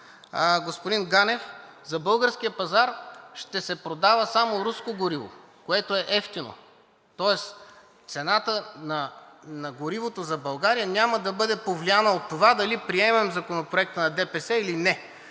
Господин Ганев, за българския пазар ще се продава само руско гориво, което е евтино. Тоест цената на горивото за България няма да бъде повлияна от това дали ще приемем законопроекта на ДПС или не.